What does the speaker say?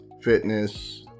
fitness